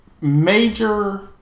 major